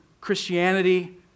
Christianity